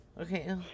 Okay